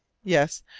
yes!